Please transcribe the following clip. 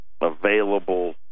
available